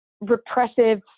repressive